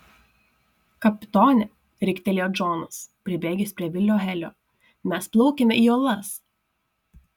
kapitone riktelėjo džonas pribėgęs prie vilio helio mes plaukiame į uolas